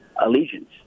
allegiance